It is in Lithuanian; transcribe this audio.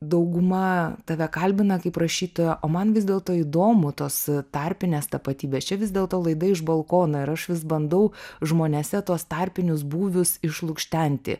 dauguma tave kalbina kaip rašytoją o man vis dėlto įdomu tos tarpinės tapatybės čia vis dėl to laida iš balkono ir aš vis bandau žmonėse tuos tarpinius būvius išlukštenti